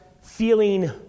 feeling